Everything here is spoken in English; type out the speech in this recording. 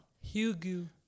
Hugo